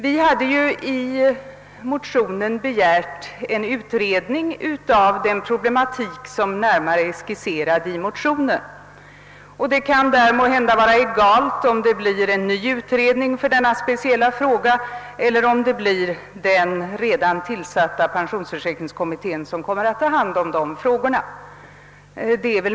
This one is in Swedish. Vi hade i motionen begärt en utredning av den problematik som närmare är skisserad i motionen. Det kan måhända vara egalt, om det tillsätts en ny utredning för denna speciella fråga eller om det blir den redan tillsatta pensionsförsäkringskommittén som kommer att ta hand om frågan.